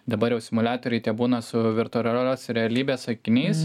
dabar jau simuliatoriai tie būna su virtualios realybės akiniais